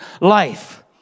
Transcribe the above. life